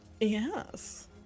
Yes